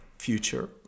future